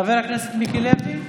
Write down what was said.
חבר הכנסת מיקי לוי?